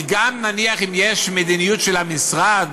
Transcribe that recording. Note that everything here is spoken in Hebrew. כי גם אם, נניח, יש מדיניות של המשרד